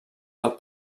del